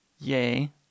Yay